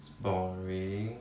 boring